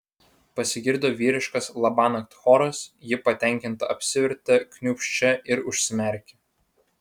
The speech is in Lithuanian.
pasigirdo vyriškas labanakt choras ji patenkinta apsivertė kniūbsčia ir užsimerkė